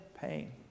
pain